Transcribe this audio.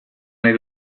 nahi